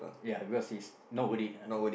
ya because he's not worth it ah